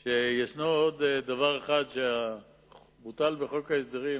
שיש עוד דבר אחד שבוטל בחוק ההסדרים.